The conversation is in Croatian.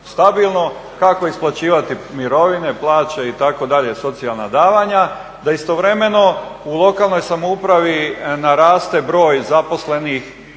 kako isplaćivati mirovine, plaće itd. socijalna davanja da istovremeno u lokalnoj samoupravi naraste broj zaposlenih